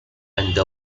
and